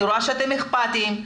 אני רואה שאתם אכפתיים,